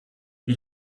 wie